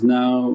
now